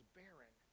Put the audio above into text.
barren